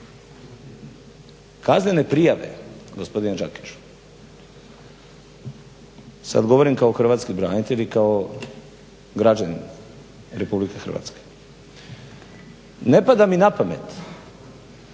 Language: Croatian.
Kaznene prijave gospodine Đakiću, sad govorim kao hrvatski branitelj i kao građanin RH. Ne pada mi na pamet